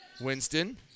Winston